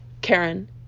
Karen